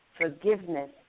forgiveness